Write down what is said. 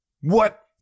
What